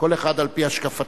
כל אחד על-פי השקפתו.